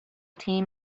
team